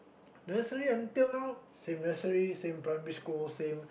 nursery until now same nursery same primary school same